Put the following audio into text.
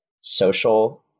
social